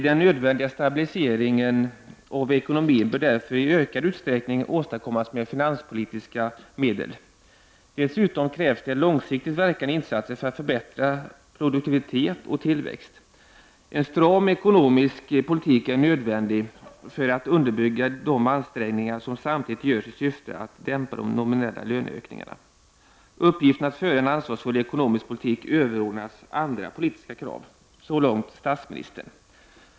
———-—-—-- Den nödvändiga stabiliseringen av ekonomin bör därför i ökad utsträckning åstadkommas med finanspolitiska medel. —-—-- Dessutom krävs långsiktigt verkande insatser för att förbättra produktivitet och tillväxt. En stram ekonomisk politik är nödvändig för att underbygga de ansträngningar som samtidigt görs i syfte att dämpa de nominella löneökningarna. Uppgiften att föra en ansvarsfull ekonomisk politik överordnas andra politiska krav.” Så långt statsministern.